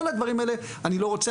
גם בית המשפט העליון, בג"צ,